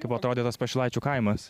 kaip atrodė tas pašilaičių kaimas